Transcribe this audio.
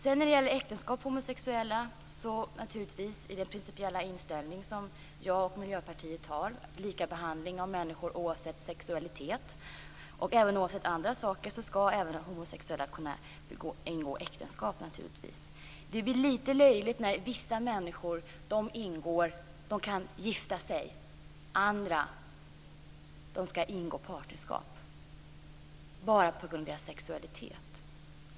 Den principiella inställning som jag och Miljöpartiet har - dvs. likabehandling av människor oavsett sexualitet - är att homosexuella skall kunna ingå äktenskap. Det är litet löjligt att vissa människor kan gifta sig medan andra får ingå partnerskap bara på grund av deras sexualitet.